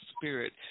spirit